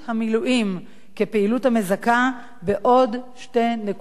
כפעילות המזכה בעוד שתי נקודות זכות